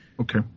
Okay